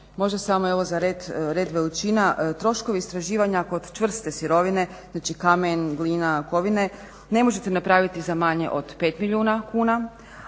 Možda samo evo za red veličina troškovi istraživanja kod čvrste sirovine, znači kamen, glina, kovine ne možete napraviti za manje od 5 milijuna kuna.